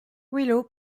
willow